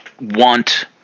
want